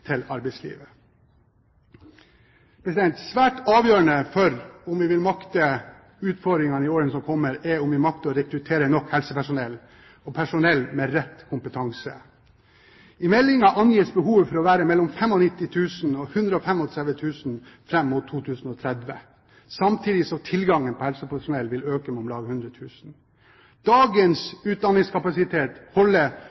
til arbeidslivet. Svært avgjørende for om vi vil makte utfordringene i årene som kommer, er om vi makter å rekruttere nok helsepersonell og personell med rett kompetanse. I meldingen angis behovet for å være mellom 95 000 og 135 000 fram mot 2030, samtidig som tilgangen på helsepersonell vil øke med om lag